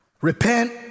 Repent